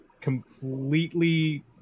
completely